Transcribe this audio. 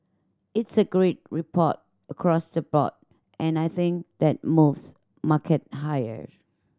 it's a great report across the board and I think that moves market higher